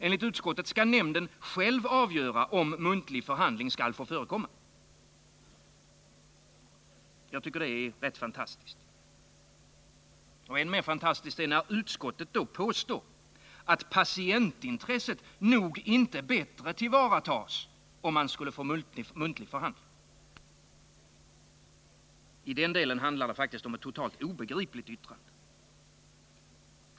Enligt utskottet skall nämnden själv avgöra om muntlig förhandling skall få förekomma. Jag tycker att detta är rätt fantastiskt. Än mer fantastiskt är det när utskottet påstår att patientintresset nog inte bättre tillvaratas om man får muntlig förhandling. I den delen är det faktiskt ett totalt obegripligt yttrande.